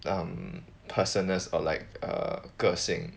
um personal or like err 个性